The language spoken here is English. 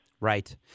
Right